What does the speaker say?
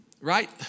Right